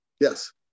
yes